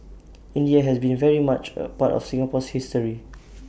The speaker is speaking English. India has been very much A part of Singapore's history